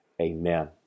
amen